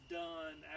done